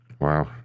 Wow